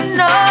no